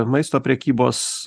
maisto prekybos